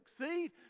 succeed